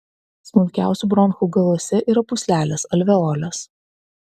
smulkiausių bronchų galuose yra pūslelės alveolės